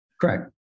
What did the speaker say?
Correct